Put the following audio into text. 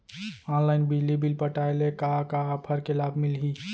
Online बिजली bill पटाय ले का का ऑफ़र के लाभ मिलही?